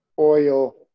oil